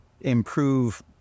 improve